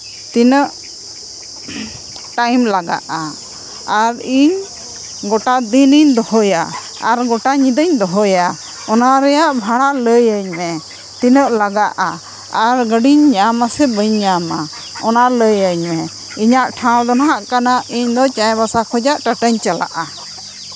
ᱛᱤᱱᱟᱹᱜ ᱴᱟᱭᱤᱢ ᱞᱟᱜᱟᱜᱼᱟ ᱟᱨ ᱤᱧ ᱜᱚᱴᱟ ᱫᱤᱱᱤᱧ ᱫᱚᱦᱚᱭᱟ ᱟᱨ ᱜᱚᱴᱟ ᱧᱤᱫᱟᱹᱧ ᱫᱚᱦᱚᱭᱟ ᱚᱱᱟ ᱨᱮᱭᱟᱜ ᱵᱷᱟᱲᱟ ᱞᱟᱹᱭᱟᱹᱧ ᱢᱮ ᱛᱤᱱᱟᱹᱜ ᱞᱟᱜᱟᱜᱼᱟ ᱟᱨ ᱜᱟᱹᱰᱤᱧ ᱧᱟᱢᱟ ᱥᱮ ᱵᱟᱹᱧ ᱧᱟᱢᱟ ᱚᱱᱟ ᱞᱟᱹᱭᱟᱹᱧ ᱢᱮ ᱤᱧᱟᱹᱜ ᱴᱷᱟᱶ ᱫᱚ ᱦᱟᱸᱜ ᱠᱟᱱᱟ ᱤᱧᱫᱚ ᱪᱟᱭᱵᱟᱥᱟ ᱠᱷᱚᱱᱟᱜ ᱴᱟᱴᱟᱧ ᱪᱟᱞᱟᱜᱼᱟ